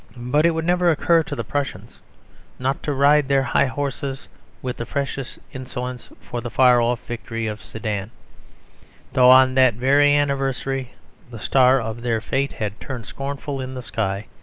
but it would never occur to the prussians not to ride their high horses with the freshest insolence for the far-off victory of sedan though on that very anniversary the star of their fate had turned scornful in the sky,